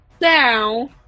Now